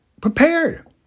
prepared